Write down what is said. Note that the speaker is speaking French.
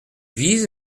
vise